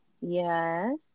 Yes